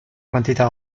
quantità